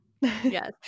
Yes